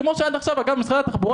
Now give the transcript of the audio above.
כמו שעד עכשיו אמר נציג משרד התחבורה